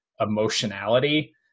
emotionality